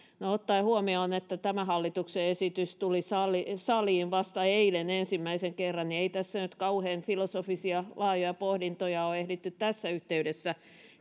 no ottaen huomioon että tämä hallituksen esitys tuli saliin vasta eilen ensimmäisen kerran ei nyt kauhean filosofisia laajoja pohdintoja ole ehditty tässä yhteydessä